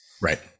Right